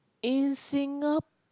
in Singapore